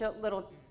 little